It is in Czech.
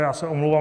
Já se omlouvám.